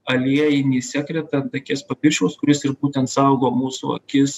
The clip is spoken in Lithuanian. aliejinį sekretą ant akies paviršiaus kuris ir būtent saugo mūsų akis